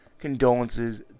Condolences